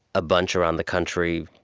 a bunch around the country,